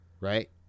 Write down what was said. right